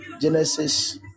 Genesis